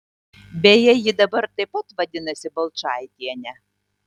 beje ji dabar taip pat vadinasi balčaitiene